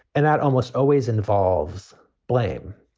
and that almost always involves blame.